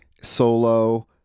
Solo